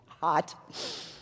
hot